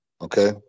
Okay